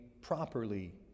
properly